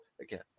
again